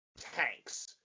tanks